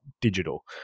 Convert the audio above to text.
digital